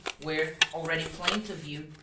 where, already plain to view,